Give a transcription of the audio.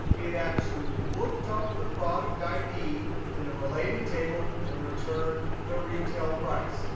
it actually looked up the product id in the related table and returned the retail price.